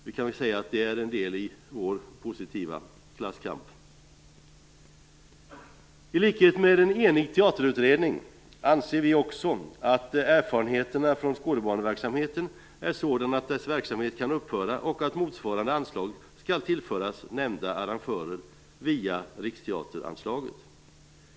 Vi kan väl säga att det är en del i vår positiva klasskamp. I likhet med en enig teaterutredning anser vi också att erfarenheterna från skådebaneverksamheten är sådana att dess verksamhet kan upphöra, och att motsvarande anslag skall tillföras nämnda arrangörer via Riksteateranslaget.